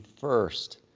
first